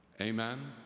Amen